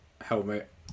helmet